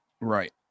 Right